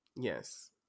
Yes